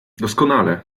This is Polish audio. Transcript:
doskonale